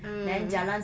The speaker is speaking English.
mm